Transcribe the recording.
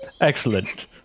Excellent